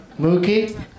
Mookie